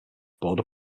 border